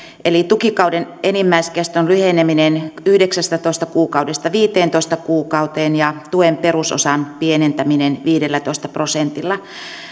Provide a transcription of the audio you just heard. eli tukikauden enimmäiskeston lyheneminen yhdeksästätoista kuukaudesta viiteentoista kuukauteen ja tuen perusosan pienentäminen viidellätoista prosentilla